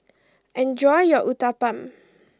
enjoy your Uthapam